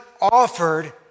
offered